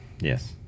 Yes